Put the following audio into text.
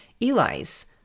Eli's